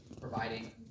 providing